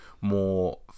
more